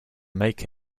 make